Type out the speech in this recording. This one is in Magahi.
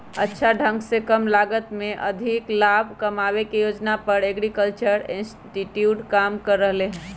अच्छा ढंग से कम लागत में अधिक लाभ कमावे के योजना पर एग्रीकल्चरल इंस्टीट्यूट काम कर रहले है